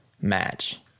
match